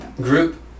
group